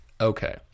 Okay